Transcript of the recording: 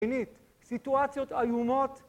סיטואציות איומות